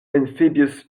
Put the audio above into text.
amphibious